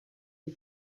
les